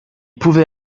pouvait